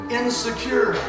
insecure